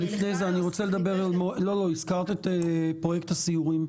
--- רגע, לפני זה, הזכרת את פרויקט הסיורים.